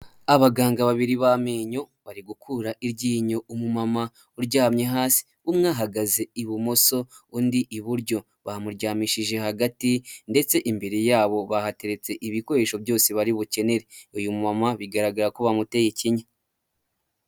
Abaganga babiri b'amenyo bari gukura iryinyo umumama uryamye hasi, umwe ahagaze ibumoso undi iburyo bamuryamishije hagati ndetse imbere yabo bahateretse ibikoresho byose bari bukenere. Uyu mumama bigaragara ko bamuteye ikinya.